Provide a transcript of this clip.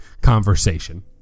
conversation